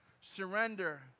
Surrender